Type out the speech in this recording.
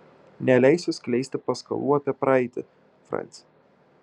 neleisiu skleisti paskalų apie praeitį franci